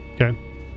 Okay